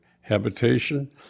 habitation